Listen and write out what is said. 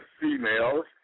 females